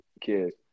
kid